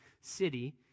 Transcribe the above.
city